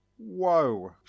whoa